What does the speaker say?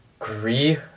agree